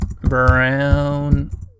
brown